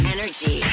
Energy